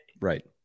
Right